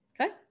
okay